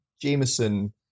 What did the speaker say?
Jameson